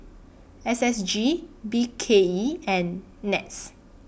S S G B K E and Nets